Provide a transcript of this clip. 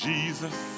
Jesus